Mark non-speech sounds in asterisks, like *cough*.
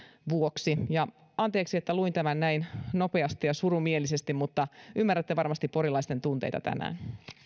vuoksi *unintelligible* *unintelligible* anteeksi että luin tämän näin nopeasti ja surumielisesti mutta ymmärrätte varmasti porilaisten tunteita tänään